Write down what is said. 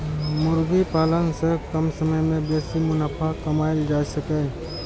मुर्गी पालन सं कम समय मे बेसी मुनाफा कमाएल जा सकैए